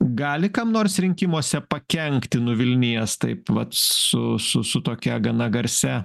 gali kam nors rinkimuose pakenkti nuvilnijęs taip vat su su su tokia gana garsia